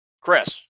Chris